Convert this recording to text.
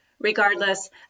regardless